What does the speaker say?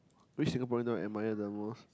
which Singaporean do I admire the most